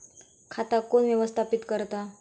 खाता कोण व्यवस्थापित करता?